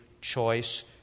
choice